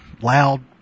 loud